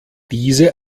diese